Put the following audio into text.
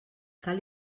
cal